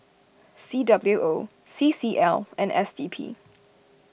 C W O C C L and S D P